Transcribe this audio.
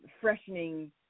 freshening